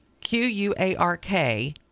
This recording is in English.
Q-U-A-R-K